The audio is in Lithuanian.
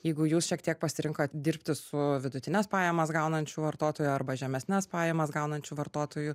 jeigu jūs šiek tiek pasirenkat dirbti su vidutines pajamas gaunančiu vartotoju arba žemesnes pajamas gaunančiu vartotoju